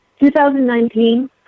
2019